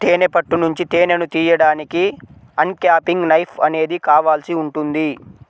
తేనె పట్టు నుంచి తేనెను తీయడానికి అన్క్యాపింగ్ నైఫ్ అనేది కావాల్సి ఉంటుంది